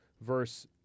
verse